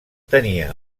tenia